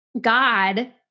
God